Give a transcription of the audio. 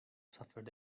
suffered